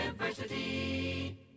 University